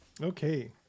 Okay